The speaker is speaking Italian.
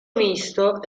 misto